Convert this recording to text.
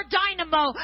dynamo